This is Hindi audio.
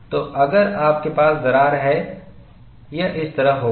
तो अगर आपके पास दरार है यह इस तरह होगा